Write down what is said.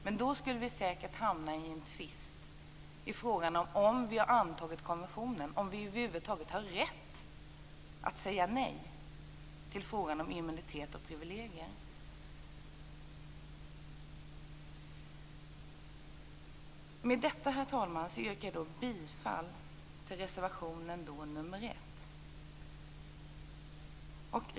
Men då skulle vi säkert hamna i en tvist vad gäller frågan om vi, om vi har antagit konventionen, över huvud taget har rätt att säga nej till immunitet och privilegier. Med detta herr talman, yrkar jag bifall till reservation nr 1.